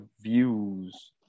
views